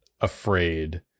afraid